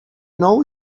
know